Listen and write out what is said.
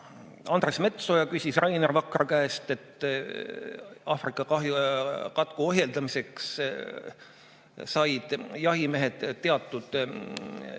Andres Metsoja küsis Rainer Vakra käest, et aafrika katku ohjeldamiseks said jahimehed teatud